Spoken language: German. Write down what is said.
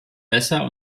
besser